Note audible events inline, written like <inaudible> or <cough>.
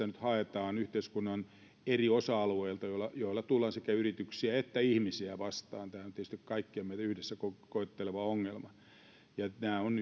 <unintelligible> nyt haetaan yhteiskunnan eri osa alueilta erityyppisiä toimia joilla tullaan sekä yrityksiä että ihmisiä vastaan tämähän on tietysti kaikkia meitä yhdessä koetteleva ongelma ja tämä on <unintelligible>